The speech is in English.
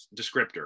descriptor